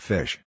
Fish